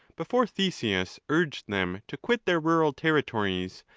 before theseus urged them to quit their rural territories,